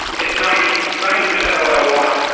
it's ninety ninety per cent of what i want.